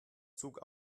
zug